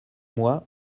mois